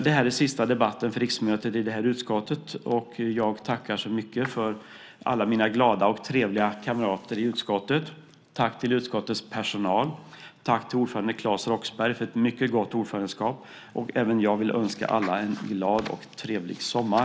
Det här är sista debatten för riksmötet för det här utskottet, och jag tackar alla mina glada och trevliga kamrater i utskottet så mycket. Jag riktar ett tack till utskottets personal och tack till ordföranden Claes Roxbergh för ett mycket gott ordförandeskap. Även jag vill önska alla en glad och trevlig sommar.